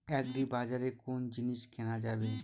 আগ্রিবাজারে কোন জিনিস কেনা যাবে?